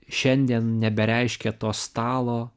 šiandien nebereiškia to stalo